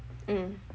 mm